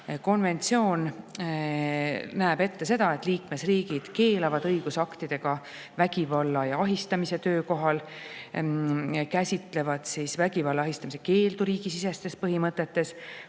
pea. Konventsioon näeb ette seda, et liikmesriigid keelavad õigusaktidega vägivalla ja ahistamise töökohal, käsitlevad vägivalla ja ahistamise keeldu riigisisestes põhimõtetes,